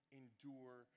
endure